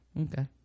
okay